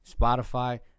Spotify